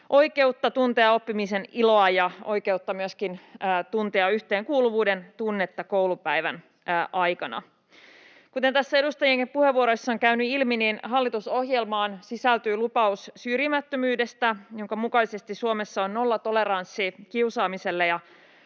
oikeutta tuntea oppimisen iloa ja oikeutta myöskin tuntea yhteenkuuluvuuden tunnetta koulupäivän aikana. Kuten tässä edustajienkin puheenvuoroissa on käynyt ilmi, hallitusohjelmaan sisältyy lupaus syrjimättömyydestä, minkä mukaisesti Suomessa on nollatoleranssi kiusaamiselle